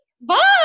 bye